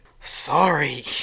Sorry